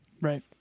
Right